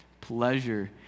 pleasure